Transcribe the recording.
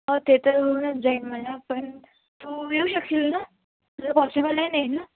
हो ते तर होऊनच जाईल म्हणा पण तू येऊ शकशील ना तुला पॉसिबल आहे ना यायना